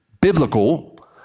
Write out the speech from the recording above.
biblical